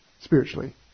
spiritually